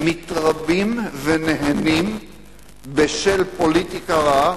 מתרבים ונהנים בשל פוליטיקה רעה,